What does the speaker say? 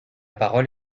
parole